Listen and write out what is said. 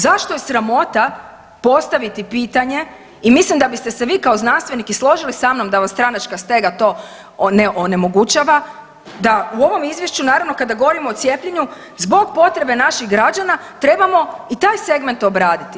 Zašto je sramota postaviti pitanje i mislim da biste se vi kao znanstvenik i složili sa mnom da vam stranačka stega to ne onemogućava, da u ovom Izvješću naravno kada govorimo o cijepljenju zbog potrebe naših građana trebamo i taj segment obraditi.